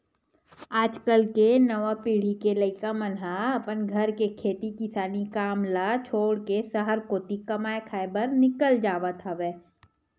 आज कल के नवा पीढ़ी के लइका मन ह अपन घर के खेती किसानी काम ल छोड़ के सहर कोती कमाए खाए बर निकल जावत हवय